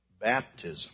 baptism